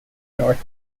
north